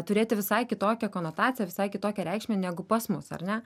turėti visai kitokią konotaciją visai kitokią reikšmę negu pas mus ar ne